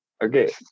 Okay